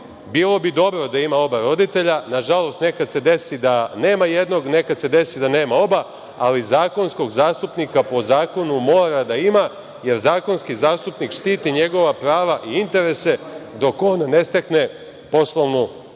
Bilo bi dobro da dete ima oba roditelja, na žalost nekada se desi da nema jednog, nekada se desi da nema oba, ali zakonskog zastupnika po zakonu mora da ima, jer zakonski zastupnik štiti njegova prava i interese dok on ne stekne poslovnu